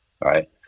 right